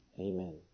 Amen